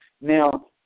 Now